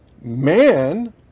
man